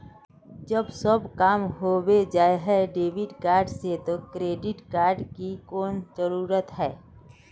जब सब काम होबे जाय है डेबिट कार्ड से तो क्रेडिट कार्ड की कोन जरूरत है?